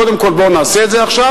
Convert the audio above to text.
קודם כול, בואו נעשה את זה עכשיו.